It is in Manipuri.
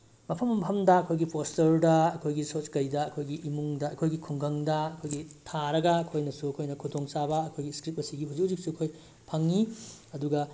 ꯃꯐꯝ ꯃꯐꯝꯗ ꯑꯩꯈꯣꯏꯒꯤ ꯄꯣꯁꯇꯔꯗ ꯑꯩꯈꯣꯏꯒꯤ ꯑꯩꯈꯣꯏꯒꯤ ꯏꯃꯨꯡꯗ ꯑꯩꯈꯣꯏꯒꯤ ꯈꯨꯡꯒꯪꯗ ꯑꯩꯈꯣꯏꯒꯤ ꯊꯥꯔꯒ ꯑꯩꯈꯣꯏꯅꯁꯨ ꯑꯩꯈꯣꯏꯅ ꯈꯨꯗꯣꯡꯆꯥꯕ ꯑꯩꯈꯣꯏꯒꯤ ꯏꯁꯀ꯭ꯔꯤꯞ ꯑꯁꯤꯒꯤ ꯍꯧꯖꯤꯛ ꯍꯧꯖꯤꯛꯁꯨ ꯑꯩꯈꯣꯏ ꯐꯪꯉꯤ ꯑꯗꯨꯒ